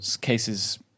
cases